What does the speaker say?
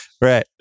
Right